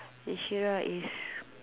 Shira is